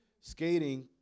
Skating